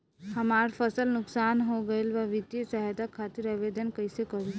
हमार फसल नुकसान हो गईल बा वित्तिय सहायता खातिर आवेदन कइसे करी?